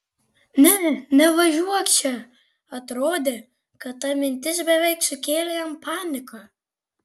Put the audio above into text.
ne nevažiuok čia atrodė kad ta mintis beveik sukėlė jam paniką